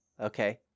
Okay